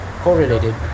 correlated